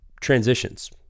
transitions